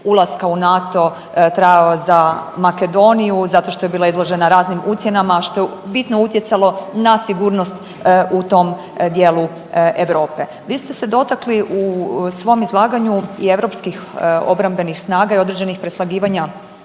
ulaska u NATO trajao za Makedoniju zato što je bila izložena raznim ucjenama, a što je bitno utjecalo na sigurnost u tom dijelu Europe. Vi ste se dotakli u svom izlaganju i europskih obrambenih snaga i određenih preslagivanja